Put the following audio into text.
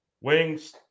Wings